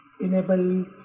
enable